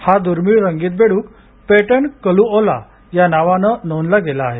हा दूर्मिळ रंगीत बेडूक पेंटेड कलुओला या नावानं नोंदला गेला आहे